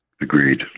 Agreed